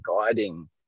guiding